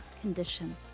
condition